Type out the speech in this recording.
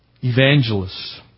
evangelists